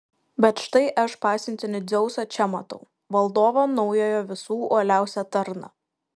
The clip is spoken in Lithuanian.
bet štai aš pasiuntinį dzeuso čia matau valdovo naujojo visų uoliausią tarną